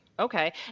Okay